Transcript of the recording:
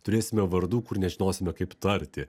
turėsime vardų kur nežinosime kaip tarti